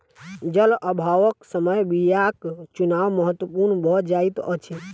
जल अभावक समय बीयाक चुनाव महत्पूर्ण भ जाइत अछि